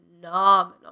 phenomenal